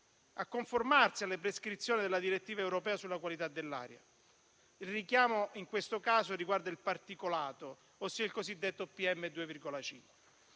a conformarsi alle prescrizioni della direttiva europea sulla qualità dell'aria. Il richiamo, in questo caso, riguarda il particolato, ossia il cosiddetto PM2,5.